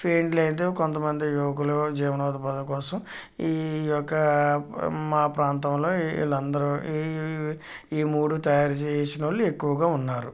paint అయితే కొంతమంది యువకులు జీవనోపాధి కోసం ఈ యొక్క మా ప్రాంతం లో వీళ్ళందరు ఈ మూడు తయారు చేసిన వాళ్ళు ఎక్కువగా ఉన్నారు